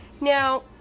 Now